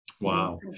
Wow